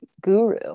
guru